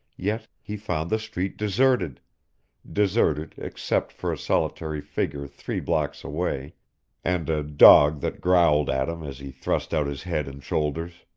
yet he found the street deserted deserted except for a solitary figure three blocks away and a dog that growled at him as he thrust out his head and shoulders.